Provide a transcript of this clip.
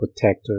protector